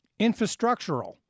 infrastructural